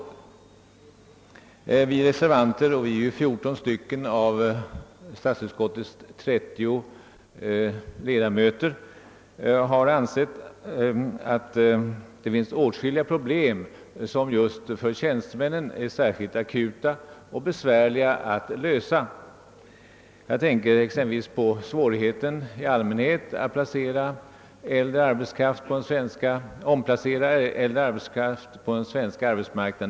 Vi reservanter — vi är 14 stycken av statsutskottets 30 ledamöter — har ansett att det finns åtskilliga problem som just för tjänstemännen är särskilt aktuella och besvärliga att lösa. Jag tänker exempelvis på svårigheten i allmänhet att omplacera äldre arbetskraft på den svenska arbetsmarknaden.